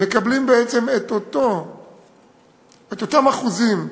מקבלת בעצם את אותם אחוזים,